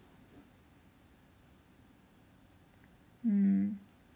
mm